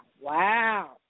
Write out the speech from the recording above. Wow